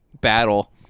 battle